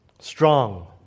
strong